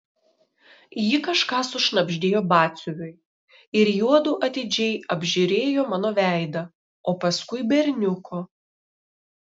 ji kažką sušnabždėjo batsiuviui ir juodu atidžiai apžiūrėjo mano veidą o paskui berniuko